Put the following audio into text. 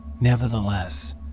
Nevertheless